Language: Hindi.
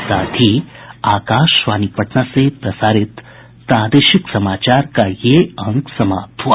इसके साथ ही आकाशवाणी पटना से प्रसारित प्रादेशिक समाचार का ये अंक समाप्त हुआ